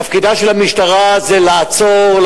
תפקידה של המשטרה זה לעצור,